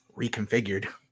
reconfigured